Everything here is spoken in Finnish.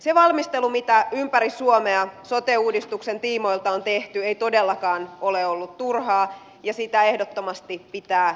se valmistelu mitä ympäri suomea sote uudistuksen tiimoilta on tehty ei todellakaan ole ollut turhaa ja sitä ehdottomasti pitää jatkaa